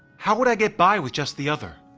how would i get by with just the other?